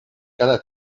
cada